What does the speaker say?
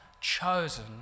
chosen